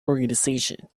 organization